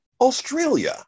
Australia